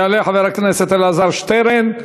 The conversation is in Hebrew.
יעלה חבר הכנסת אלעזר שטרן.